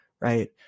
right